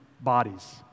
bodies